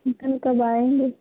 कल कब आएँगे